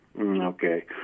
Okay